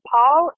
Paul